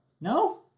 No